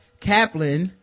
Kaplan